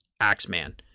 Axeman